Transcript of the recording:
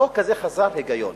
החוק הזה חסר היגיון,